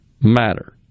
Matter